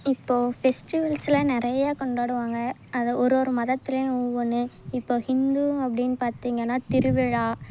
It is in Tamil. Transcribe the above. இப்போது ஃபெஸ்டிவல்ஸ்லாம் நிறையா கொண்டாடுவாங்க அதை ஒரு ஒரு மதத்திலையும் ஒவ்வொன்று இப்போது ஹிந்து அப்படின்னு பார்த்திங்கன்னா திருவிழா